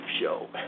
show